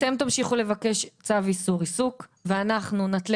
אתם תמשיכו לבקש צו איסור עיסוק ואנחנו נתלה